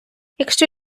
якщо